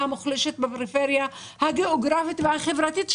המוחלשת בפריפריה הגאוגרפית והחברתית,